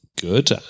good